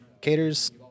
Cater's